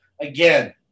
Again